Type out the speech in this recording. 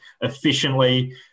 efficiently